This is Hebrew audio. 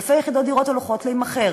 אלפי יחידות דיור הולכות להימכר.